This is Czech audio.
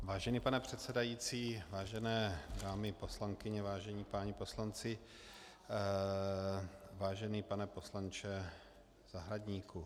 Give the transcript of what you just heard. Vážený pane předsedající, vážené dámy poslankyně, vážení páni poslanci, vážený pane poslanče Zahradníku.